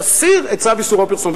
תסיר את צו איסור הפרסום.